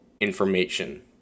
information